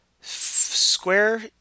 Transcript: square